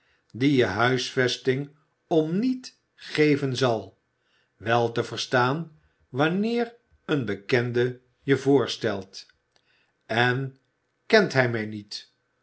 die je huisvesting om niet geven zal wel te verstaan wanneer een bekende je voorstelt en kent hij mij niet